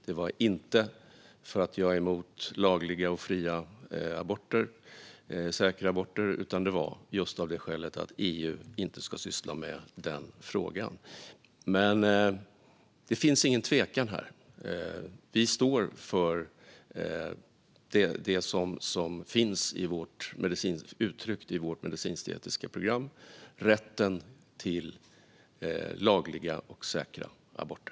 Det var inte för att jag är emot lagliga, fria och säkra aborter, utan det var just av det skälet att EU inte ska syssla med den frågan. Det finns ingen tvekan här. Vi står för det som finns uttryckt i vårt medicinsk-etiska program: rätten till lagliga och säkra aborter.